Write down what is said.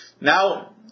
Now